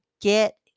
get